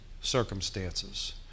circumstances